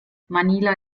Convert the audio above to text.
manila